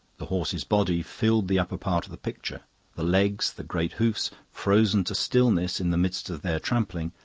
the horse's body filled the upper part of the picture the legs, the great hoofs, frozen to stillness in the midst of their trampling,